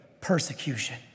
persecution